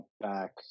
back